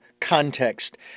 context